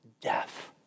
death